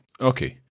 Okay